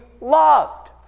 loved